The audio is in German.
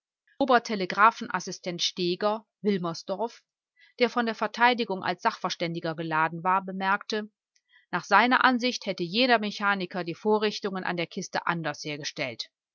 obertelegraphen assistent steger wilmersdorf der von der verteidigung als sachverständiger geladen war bemerkte nach seiner ansicht hätte jeder mechaniker die vorrichtungen an der kiste anders hergestellt